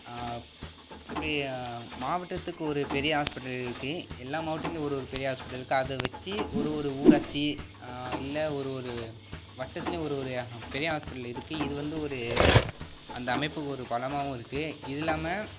இப்படி மாவட்டத்துக்கு ஒரு பெரிய ஹாஸ்பிட்டல் இருக்கு எல்லா மாவட்டத்துலயும் ஒரு ஒரு பெரிய ஹாஸ்பிட்டல் கதவு வச்சு ஒரு ஒரு ஊராட்சி இல்ல ஒரு ஒரு வட்டத்துலையும் ஒரு ஒரு பெரிய ஹாஸ்பிட்டல் இருக்கு இது வந்து ஒரு அந்த அமைப்புக்கு ஒரு பலமாகவும் இருக்கு இது இல்லாமல்